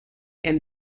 and